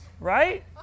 right